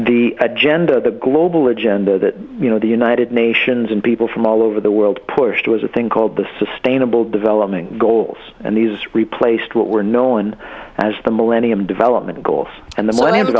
the agenda the global agenda that you know the united nations and people from all over the world pushed was a thing called the sustainable development goals and these replaced what were known as the millennium development goals and the mi